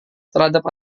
terhadap